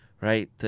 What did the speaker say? right